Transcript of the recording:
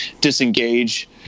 disengage